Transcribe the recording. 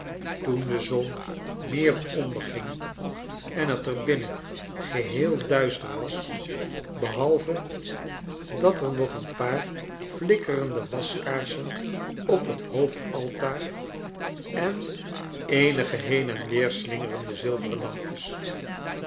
toen de zon me'er onderging en het er binnen geheel duister was behalve dat er nog een paarflikkerende waskaarsen ophethoofdaltaar eneenige heen en weer slingerende zilveren lampjes